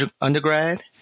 undergrad